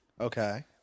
Okay